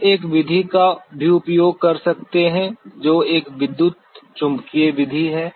हम एक विधि का भी उपयोग कर सकते हैं जो एक विद्युत चुम्बकीय विधि है